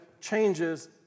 changes